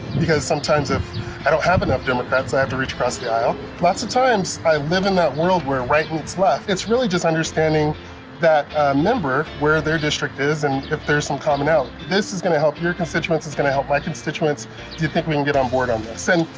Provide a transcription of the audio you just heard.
because sometimes if i don't have enough democrats, i have to reach across the aisle. lots of times i live in that world where right meets left. it's really just understanding that a member, where their district is, and if there's some commonalities. this is gonna help your constituents, it's gonna help my constituents, do you think we can get on board on this. and